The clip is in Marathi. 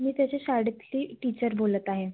मी त्याच्या शाळेतली टीचर बोलत आहे